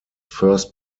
first